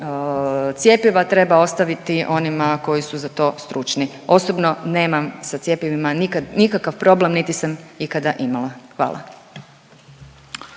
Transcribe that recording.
cjepiva treba ostaviti onima koji su za to stručni. Osobno nemam sa cjepivima nikad nikakav problem niti sam ikada imala. Hvala.